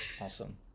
awesome